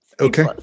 Okay